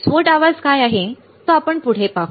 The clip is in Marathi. स्फोट आवाज काय आहे तो आपण पुढे पाहू